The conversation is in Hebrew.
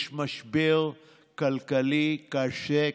יש משבר כלכלי קשה,